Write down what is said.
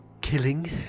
killing